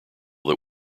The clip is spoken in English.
that